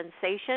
sensation